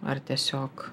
ar tiesiog